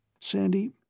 Sandy